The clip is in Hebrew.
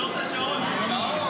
תעצור את השעון, השעון.